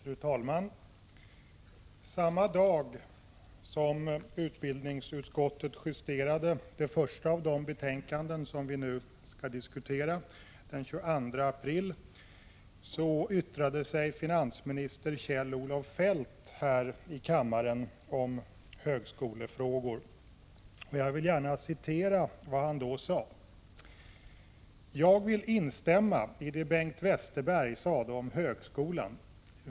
Fru talman! Samma dag som utbildningsutskottet justerade det första av de betänkanden som vi nu diskuterar, nämligen den 22 april, yttrade sig finansminister Kjell-Olof Feldt här i kammaren om högskolefrågor. Jag vill gärna citera vad han då sade: ”Jag vill instämma i det Bengt Westerberg sade om högskolan.